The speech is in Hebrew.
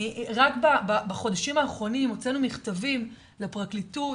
רק בחודשים האחרונים הוצאנו מכתבים לפרקליטות,